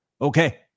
Okay